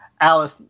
Alice